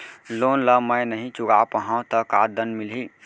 Loan ला मैं नही चुका पाहव त का दण्ड मिलही?